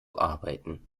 arbeiten